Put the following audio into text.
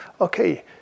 okay